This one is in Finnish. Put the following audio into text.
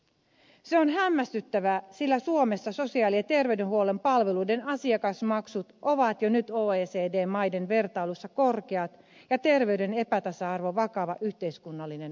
se on hämmästyttävää sillä suomessa sosiaali ja terveydenhuollon palveluiden asiakasmaksut ovat jo nyt oecd maiden vertailussa korkeat ja terveyden epätasa arvo vakava yhteiskunnallinen ongelma